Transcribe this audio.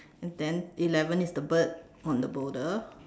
and then eleven is the bird on the boulder